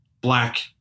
black